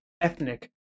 ethnic